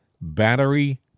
Battery